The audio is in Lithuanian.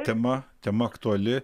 tema tema aktuali